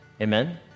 Amen